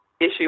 issue